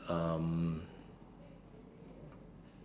um